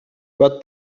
but